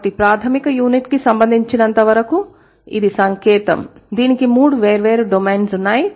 కాబట్టి ప్రాథమిక యూనిట్కు సంబంధించినంతవరకు ఇది సంకేతం దీనికి మూడు వేర్వేరు డొమైన్స్ ఉన్నాయి